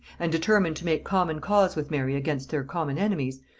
and determined to make common cause with mary against their common enemies,